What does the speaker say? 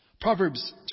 Proverbs